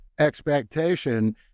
expectation